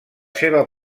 seva